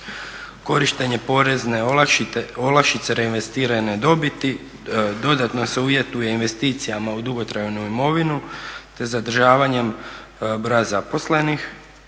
korištenje porezne olakšice reinvestirane dobiti, dodatno se uvjetuje investicijama u dugotrajnu imovinu te zadržavanjem broja zaposlenih.